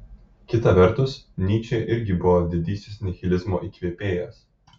kita vertus nyčė irgi buvo didysis nihilizmo įkvėpėjas